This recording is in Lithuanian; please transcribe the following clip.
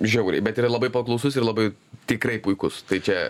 žiauriai bet yra labai paklausus ir labai tikrai puikus tai čia